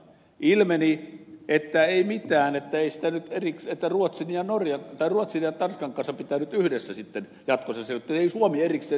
ilmeni että ei mitään että ruotsin ja tanskan kanssa olisi pitänyt yhdessä sitten jatkossa selvittää ei suomi erikseen selvitäkään